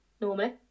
Normally